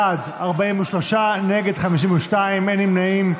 בעד, 43, נגד, 52, אין נמנעים.